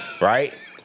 Right